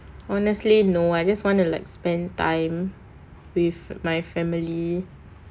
honestly no I just want to like spend time with my family